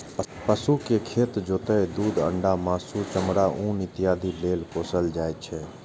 पशु कें खेत जोतय, दूध, अंडा, मासु, चमड़ा, ऊन इत्यादि लेल पोसल जाइ छै